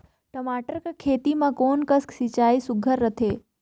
टमाटर कर खेती म कोन कस सिंचाई सुघ्घर रथे?